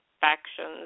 factions